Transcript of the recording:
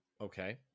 Okay